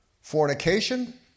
Fornication